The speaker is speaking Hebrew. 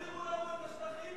שיחזירו לנו את השטחים.